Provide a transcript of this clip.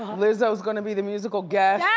lizzo's gonna be the musical guest.